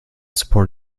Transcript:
support